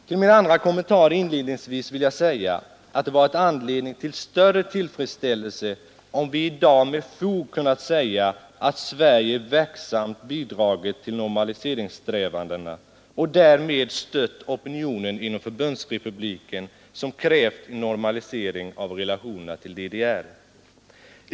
Fill min andra kommentar inledningsvis vill jag säga att det varit anledning till större tillfredsställelse om vi i dag med fog kunnat framhålla att Sverige verksamt bidragit till normaliseringssträvandena och därmed stött den opinion inom förbundsrepubliken som krävt en normalisering av relationerna till DDR.